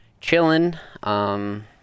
chilling